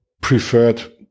preferred